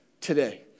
today